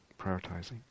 prioritizing